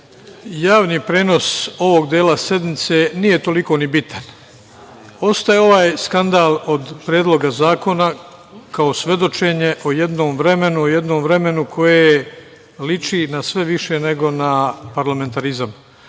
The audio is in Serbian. Javni prenos ovog dela sednice nije toliko ni bitan. Ostaje ovaj skandal od predloga zakona kao svedočenje o jednom vremenu, o jednom vremenu koje liči na sve više nego na parlamentarizam. Neke